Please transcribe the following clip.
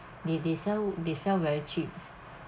they they sell they sell very cheap